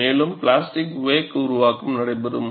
மேலும் plastic wake உருவாக்கம் நடைபெறும்